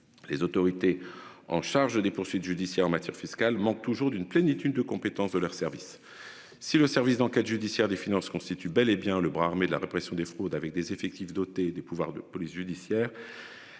Les autorités en charge des poursuites judiciaires en matière fiscale manque toujours d'une plénitude de compétences, de leur service. Si le service d'enquêtes judiciaires des finances constituent bel et bien le bras armé de la répression des fraudes avec des effectifs doté des pouvoirs de police judiciaire.